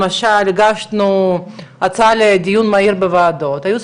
למשל הגשנו הצעה לדיון מהיר בוועדות והייעוץ